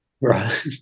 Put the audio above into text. Right